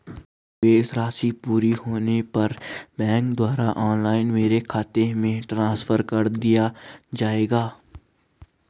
निवेश राशि पूरी होने पर बैंक द्वारा ऑनलाइन मेरे खाते में ट्रांसफर कर दिया जाएगा?